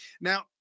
Now